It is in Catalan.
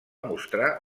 mostrar